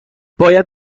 باید